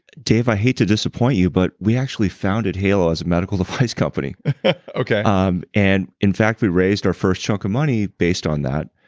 dave, i had to disappoint you, but we actually founded halo as a medical device company okay um and in fact, we raised our first chunk of money based on that.